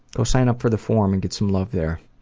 go sign up for the forum and get some love there.